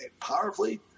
powerfully